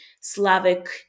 Slavic